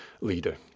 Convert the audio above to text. leader